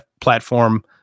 platform